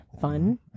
Fun